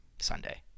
Sunday